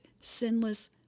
sinless